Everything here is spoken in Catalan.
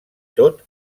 tot